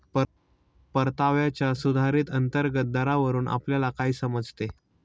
परताव्याच्या सुधारित अंतर्गत दरावरून आपल्याला काय समजते?